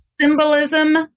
Symbolism